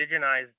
indigenized